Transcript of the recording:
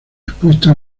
respuesta